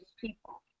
People